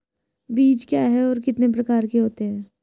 बीज क्या है और कितने प्रकार के होते हैं?